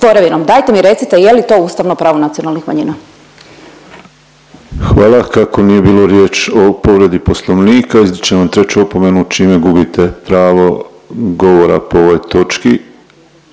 Dajte mi recite je li to ustavno pravo nacionalnih manjina? **Penava, Ivan (DP)** Hvala. Kako nije bilo riječ o povredi Poslovnika, izričem vam treću opomenu čime gubite pravo govora po ovoj točki.